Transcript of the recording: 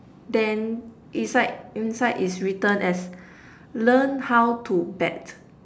then inside inside is written as learn how to bat